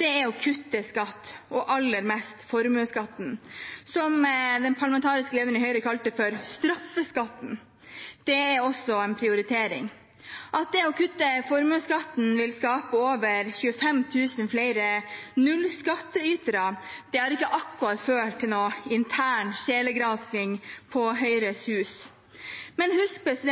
er å kutte skatt, og aller mest formuesskatten, som den parlamentariske lederen i Høyre kalte for straffeskatten. Det er også en prioritering. At det å kutte formuesskatten vil skape over 25 000 flere nullskattytere, har ikke akkurat ført til noen intern sjelegransking på Høyres Hus. Men husk